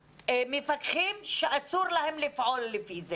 למפקחים שאסור להם לפעול לפי זה.